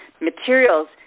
materials